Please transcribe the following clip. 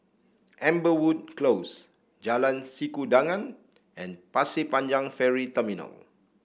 Amberwood Close Jalan Sikudangan and Pasir Panjang Ferry Terminal